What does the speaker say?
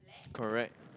correct